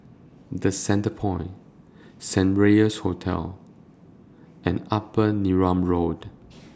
The Centrepoint Saint Regis Hotel and Upper Neram Road